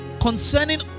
concerning